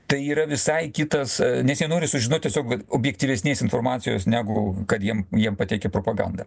tai yra visai kitas nes jie nori sužinot tiesiog va objektyvesnės informacijos negu kad jiem jiem pateikia propaganda